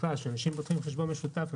בכלל כאשר אנשים פותחים חשבון משותף,